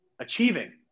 achieving